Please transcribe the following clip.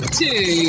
two